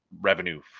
revenue